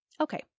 Okay